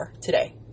today